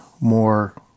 more